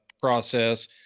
process